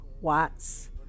Watts